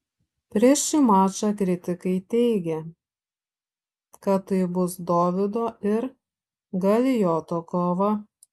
prieš šį mačą kritikai teigė kad tai bus dovydo ir galijoto kova